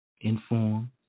inform